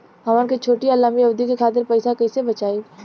हमन के छोटी या लंबी अवधि के खातिर पैसा कैसे बचाइब?